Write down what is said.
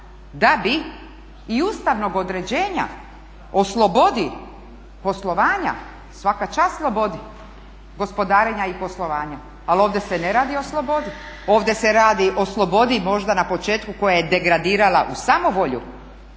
da bi i ustavnog određenja oslobodi poslovanja, svaka čast slobodi gospodarenja i poslovanja, ali ovdje se ne radi o slobodi, ovdje se radi o slobodi moždana početku koja je degradirala u samovolju,